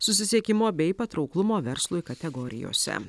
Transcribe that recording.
susisiekimo bei patrauklumo verslui kategorijose